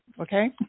Okay